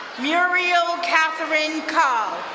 muriel katherine carl.